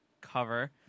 cover